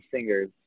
singers